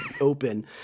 open